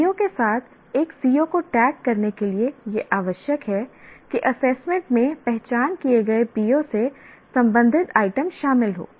PO के साथ एक CO को टैग करने के लिए यह आवश्यक है कि एसेसमेंट में पहचान किए गए PO से संबंधित आइटम शामिल हों